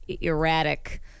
erratic—